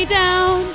down